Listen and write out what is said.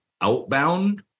outbound